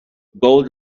gold